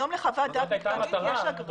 היום לחוות דעת מקדמית יש אגרה.